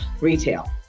retail